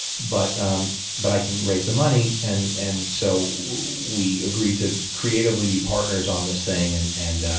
but um but i can raise the money. and and so we agreed to creatively be partners on this thing, and and